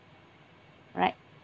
right